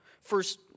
First